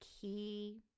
key